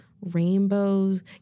Rainbows